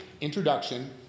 introduction